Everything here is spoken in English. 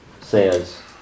says